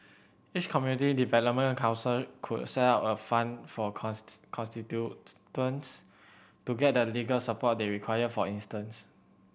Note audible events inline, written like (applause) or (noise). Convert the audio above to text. each community development council could set up a fund for (unintelligible) constituents to get the legal support they require for instance